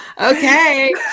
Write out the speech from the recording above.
Okay